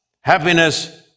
Happiness